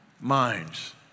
Minds